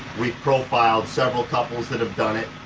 we've profiled several couples that have done it.